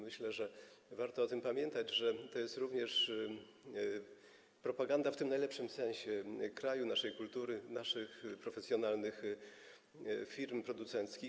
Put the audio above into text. Myślę, że warto o tym pamiętać, że to jest również propaganda w tym najlepszym sensie - kraju, naszej kultury, naszych profesjonalnych firm producenckich.